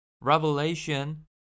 Revelation